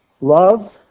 Love